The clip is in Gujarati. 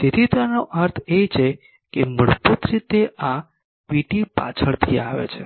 તેથી તેનો અર્થ એ કે મૂળભૂત રીતે આ Pt પાછળથી આવે છે